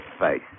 face